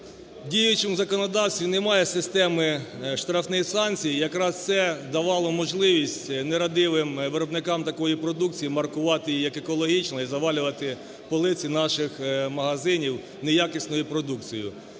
діючому законодавстві немає системи штрафних санкцій, якраз це давало можливість нерадивим виробникам такої продукції маркувати її як екологічну і завалювати полиці наших магазинів неякісною продукцією.